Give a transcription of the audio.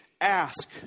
Ask